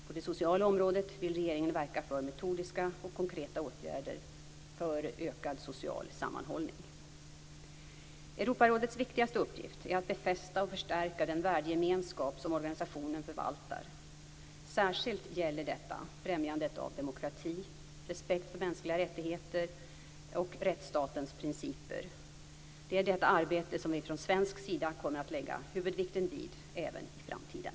På det sociala området vill regeringen verka för metodiska och konkreta åtgärder för ökad social sammanhållning. Europarådets viktigaste uppgift är att befästa och förstärka den värdegemenskap som organisationen förvaltar. Särskilt gäller detta främjandet av demokrati, respekt för de mänskliga rättigheterna och rättsstatens principer. Det är detta arbete som vi från svensk sida kommer att lägga huvudvikten vid även i framtiden.